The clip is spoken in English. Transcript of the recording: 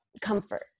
comfort